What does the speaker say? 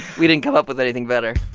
we didn't come up with anything better